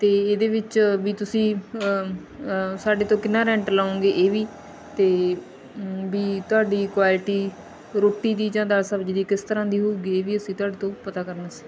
ਅਤੇ ਇਹਦੇ ਵਿੱਚ ਵੀ ਤੁਸੀਂ ਸਾਡੇ ਤੋਂ ਕਿੰਨਾ ਰੈਂਟ ਲਉਂਗੇ ਇਹ ਵੀ ਅਤੇ ਵੀ ਤੁਹਾਡੀ ਕੁਆਲਿਟੀ ਰੋਟੀ ਦੀ ਜਾਂ ਦਾਲ ਸਬਜ਼ੀ ਦੀ ਕਿਸ ਤਰ੍ਹਾਂ ਦੀ ਹੋਵੇਗੀ ਇਹ ਵੀ ਅਸੀਂ ਤੁਹਾਡੇ ਤੋਂ ਪਤਾ ਕਰਨਾ ਸੀ